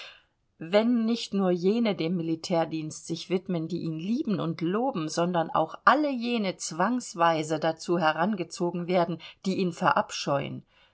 wenn nicht nur jene dem militärdienst sich widmen die ihn lieben und loben sondern auch alle jene zwangsweise dazu herangezogen werden die ihn verabscheuen